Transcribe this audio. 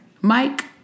Mike